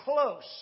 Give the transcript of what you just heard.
close